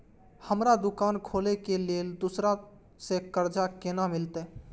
हमरा दुकान खोले के लेल दूसरा से कर्जा केना मिलते?